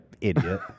idiot